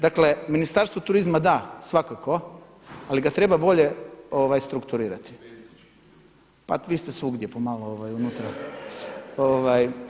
Dakle, Ministarstvo turizma da, svakako, ali ga treba bolje strukturirati. … [[Upadica, govornik se ne razumije.]] Pa vi ste svugdje pomalo unutra.